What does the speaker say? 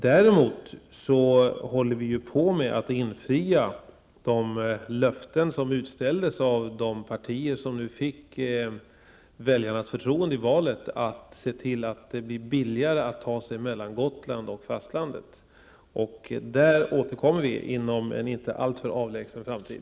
Däremot håller vi på och infriar löftena som utställdes av de partier som fick väljarnas förtroende i valet att se till att det blir billigare att ta sig mellan Gotland och fastlandet. På den punkten återkommer vi inom en inte alltför avlägsen framtid.